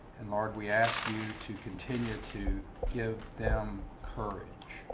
and, lord, we ask you to continue to give them courage,